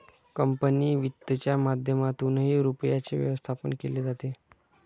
company वित्तच्या माध्यमातूनही रुपयाचे व्यवस्थापन केले जाते